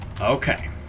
Okay